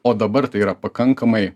o dabar tai yra pakankamai